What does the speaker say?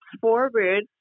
forward